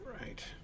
Right